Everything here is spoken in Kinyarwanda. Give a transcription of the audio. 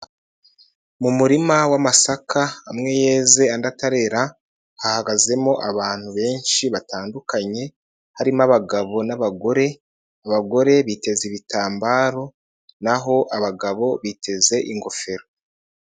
Mu murima w'amasaka amwe yeze andi atarera hahagazemo abantu benshi batandukanye harimo abagabo n'abagore, abagore biteze ibitambaro n'aho abagabo biteze ingofero.